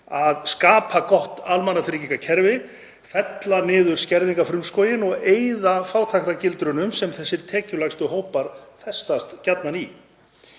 að skapa gott almannatryggingakerfi, fella niður skerðingarfrumskóginn og eyða fátæktargildrunum sem þessir tekjulægstu hópar festast gjarnan í.